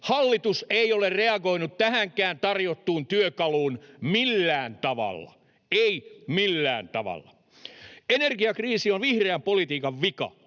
Hallitus ei ole reagoinut tähänkään tarjottuun työkaluun millään tavalla — ei millään tavalla. Energiakriisi on vihreän politiikan vika,